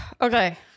Okay